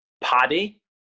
Paddy